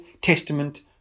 Testament